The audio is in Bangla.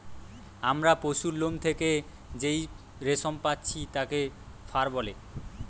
আমরা পশুর লোম থেকে যেই রেশম পাচ্ছি তাকে ফার বলে